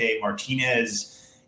Martinez